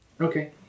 Okay